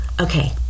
Okay